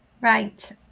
Right